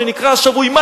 שנקרא "השבוי",